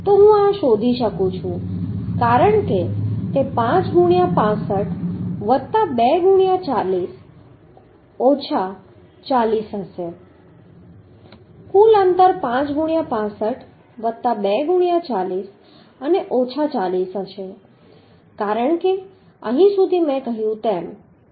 તો આ હું શોધી શકું છું કારણ કે તે 5 ગુણ્યાં 65 વત્તા 2 ગુણ્યાં 40 ઓછા 40 હશે કુલ અંતર 5 ગુણ્યાં 65 વત્તા 2 ગુણ્યાં 40 અને ઓછા 40 હશે કારણ કે અહીં સુધી મેં કહ્યું તેમ તે 40 છે